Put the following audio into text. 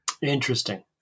Interesting